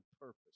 purpose